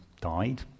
died